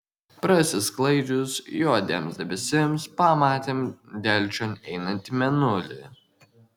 prasisklaidžius juodiems debesims pamatėm delčion einantį mėnulį